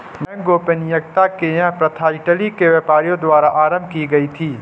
bank गोपनीयता की यह प्रथा इटली के व्यापारियों द्वारा आरम्भ की गयी थी